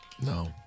No